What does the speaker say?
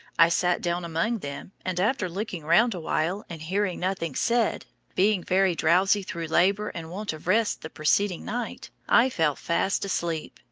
i sat down among them, and, after looking round awhile, and hearing nothing said, being very drowsy through labor and want of rest the preceding night, i fell fast asleep,